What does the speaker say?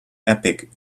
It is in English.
epic